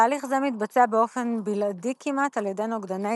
תהליך זה מתבצע באופן בלעדי כמעט על ידי נוגדני